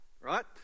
right